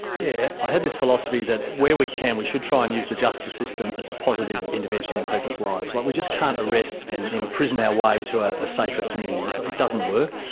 yeah i had this philosophy that where we can we should try and use the justice system as a positive intervention in people's lives. but we just can't arrest and imprison our way to ah a safer community, it doesn't work.